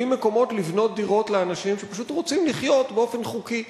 בלי מקומות לבנות דירות לאנשים שפשוט רוצים לחיות באופן חוקי.